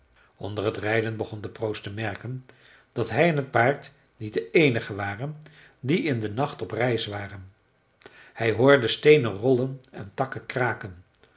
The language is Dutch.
onder t rijden begon de proost te merken dat hij en t paard niet de eenigen waren die in den nacht op reis waren hij hoorde steenen rollen en takken kraken